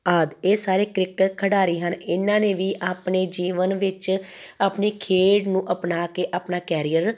ਆਦਿ ਇਹ ਸਾਰੇ ਕ੍ਰਿਕਟਰ ਖਿਡਾਰੀ ਹਨ ਇਹਨਾਂ ਨੇ ਵੀ ਆਪਣੇ ਜੀਵਨ ਵਿੱਚ ਆਪਣੀ ਖੇਡ ਨੂੰ ਅਪਣਾ ਕੇ ਆਪਣਾ ਕੈਰੀਅਰ